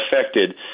affected